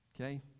Okay